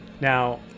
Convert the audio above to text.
now